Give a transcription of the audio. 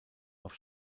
auf